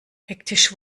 hektisch